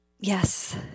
Yes